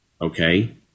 Okay